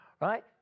right